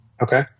Okay